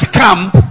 camp